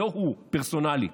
לא הוא, פרסונלית,